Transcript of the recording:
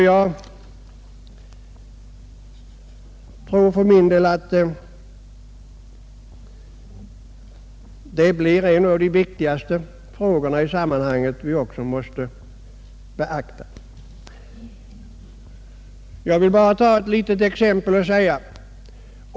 Jag tror att detta blir en av de viktigaste frågorna som i sammanhanget också måste beaktas. Jag vill ta ett litet exempel.